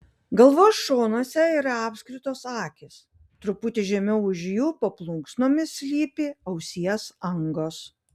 galvos šonuose yra apskritos akys truputį žemiau už jų po plunksnomis slypi ausies angos